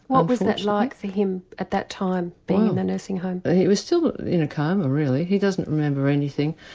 what was that like for him at that time being in a nursing home? but he was still in a coma really, he doesn't remember anything,